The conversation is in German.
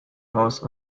aus